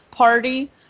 Party